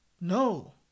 No